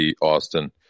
Austin